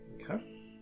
Okay